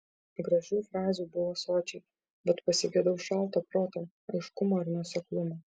gražių frazių buvo sočiai bet pasigedau šalto proto aiškumo ir nuoseklumo